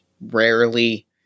rarely